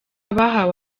abahawe